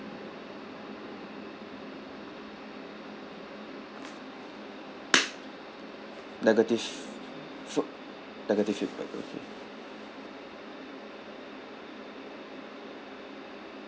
negative food negative feedback okay